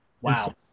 Wow